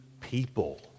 people